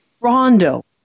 Rondo